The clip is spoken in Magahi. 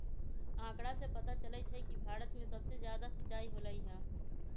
आंकड़ा से पता चलई छई कि भारत में सबसे जादा सिंचाई होलई ह